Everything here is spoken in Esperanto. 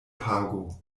pago